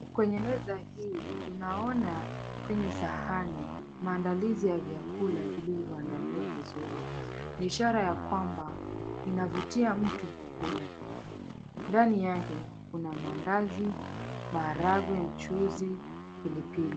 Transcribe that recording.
Kwenye meza hii tunaona kwenye sahani maandalizi ya vyakula vilivyoandaliwa vizuri ni ishara ya kwamba inavutia mtu kukula. Ndani yake kuna mandazi, maharangwe, mchuzi, pilipili.